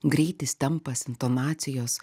greitis tempas intonacijos